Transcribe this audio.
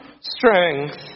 strength